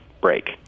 break